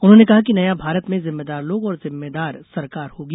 उन्होंने कहा कि नया भारत में जिम्मेदार लोग और जिम्मेदार सरकार होगी